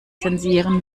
zensieren